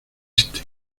este